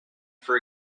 for